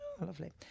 lovely